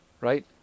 Right